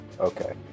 Okay